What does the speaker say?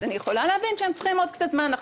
אז אני יכולה להבין שהם צריכים עוד קצת זמן.